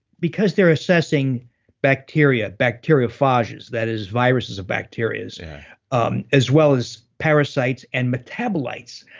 because they're assessing bacteria, bacteriophages. that is viruses of bacterias yeah um as well as parasites and metabolites.